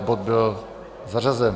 Bod byl zařazen.